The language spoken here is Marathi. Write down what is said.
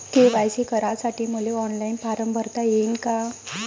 के.वाय.सी करासाठी मले ऑनलाईन फारम भरता येईन का?